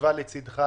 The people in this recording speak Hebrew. ירצה.